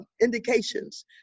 indications